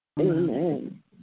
Amen